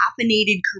caffeinated